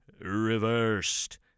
reversed